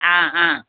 ആ അ